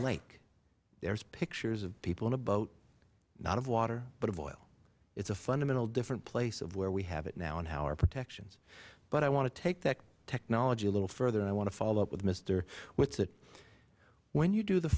untapped there's pictures of people in a boat not in water but in oil it's a fundamentally different place of where we have it now and our protection but i want to take that technology a little further and i want to follow up with mister whitsitt when you do the